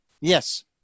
Yes